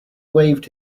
waved